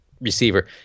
receiver